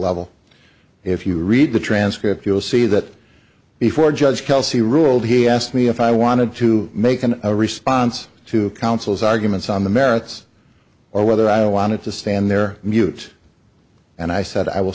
level if you read the transcript you'll see that before judge kelsey ruled he asked me if i wanted to make an a response to counsel's arguments on the merits or whether i wanted to stand there mute and i said i will